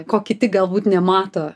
ko kiti galbūt nemato